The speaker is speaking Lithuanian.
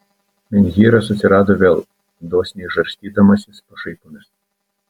menhyras atsirado vėl dosniai žarstydamasis pašaipomis